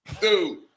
Dude